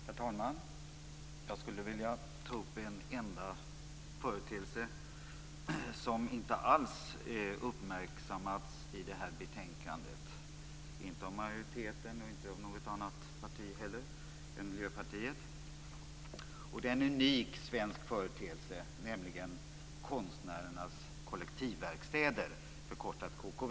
Herr talman! Jag skulle vilja ta upp en enda företeelse som inte alls är uppmärksammad i detta betänkande, inte av majoriteten och inte av något annat parti än Miljöpartiet. Det är en unik svensk företeelse, nämligen konstnärernas kollektivverkstäder, förkortat KKV.